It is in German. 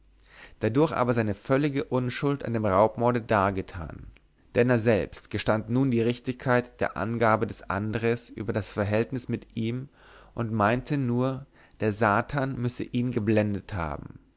dadurch aber seine völlige unschuld an dem raubmorde dargetan denner selbst gestand nun die richtigkeit der angabe des andres über das verhältnis mit ihm und meinte nur der satan müsse ihn geblendet haben